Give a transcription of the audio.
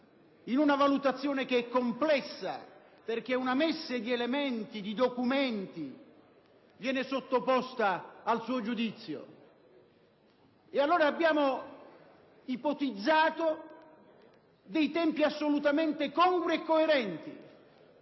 in una valutazione complessa perché una messe di elementi e documenti viene sottoposta al suo giudizio. Allora, abbiamo ipotizzato dei tempi assolutamente congrui e coerenti.